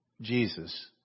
Jesus